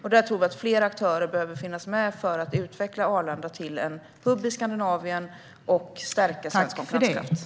Vi tror att fler aktörer behöver finnas med för att utveckla Arlanda till en hubb i Skandinavien och stärka svensk konkurrenskraft.